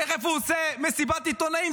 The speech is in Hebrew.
תכף הוא עושה מסיבת עיתונאים,